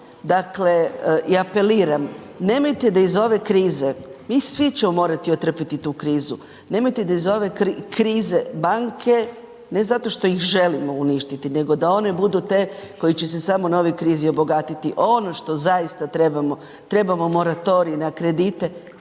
molim i apeliram, nemojte da iz ove krize mi svi ćemo morati otrpiti ovu krizu, nemojte da iz ove krize banke ne zato što ih želimo uništiti nego da one budu te koje će se samo na ovoj krizi obogatiti. Ono što zaista trebamo, trebamo moratorij na kredite,